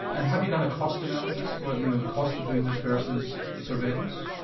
and have you done a cost analysis, you know the cost of doing this versus surveillance?